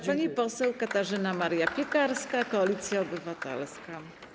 Pani poseł Katarzyna Maria Piekarska, Koalicja Obywatelska.